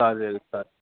चालेल चालेल